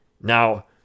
Now